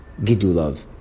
gidulov